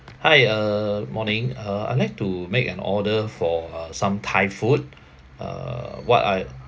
hi uh morning uh I would like to make an order for uh some thai food uh what I